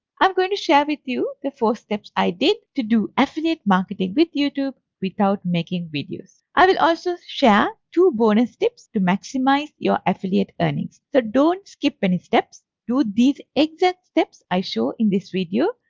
um going to share with you the four steps i did to do affiliate marketing with youtube without making videos. i will also share two bonus tips to maximize your affiliate earnings. so dont skip any steps, do these exact steps i show in this video,